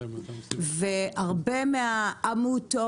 הרבה מהעמותות,